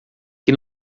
que